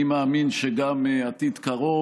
אני מאמין שגם עתיד קרוב,